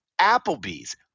Applebee's